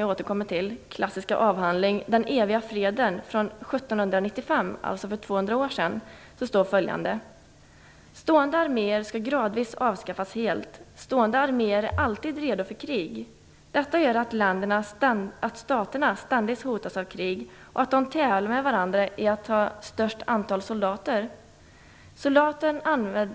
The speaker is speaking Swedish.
jag återkommer senare till detta - Den eviga freden från 1795, alltså för 200 år sedan, står följande: "Stående arméer ska gradvis avskaffas helt. Stående arméer är alltid redo för krig. Detta gör att staterna ständigt hotas av krig och att de tävlar med varandra i att ha störst antal soldater.